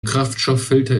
kraftstofffilter